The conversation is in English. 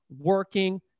working